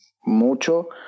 mucho